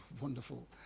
Wonderful